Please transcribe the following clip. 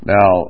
Now